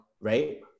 right